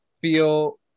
feel